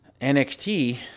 NXT